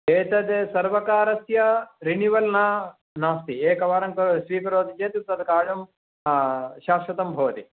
एतद् सर्वकारस्य रिनिवल् न नास्ति एकवारं क् स्वीकरोति तद् कायं शाश्वतं भवति